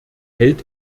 hält